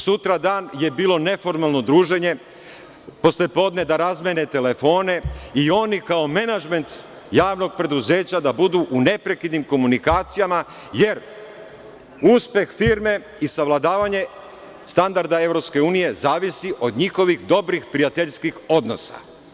Sutradan je bilo neformalno druženje, poslepodne da razmene telefone i oni kao menadžment javnog preduzeća da budu u neprekidnim komunikacijama, jer uspeh firme i savladavanje standarda EU zavisi od njihovih dobrih prijateljskih odnosa.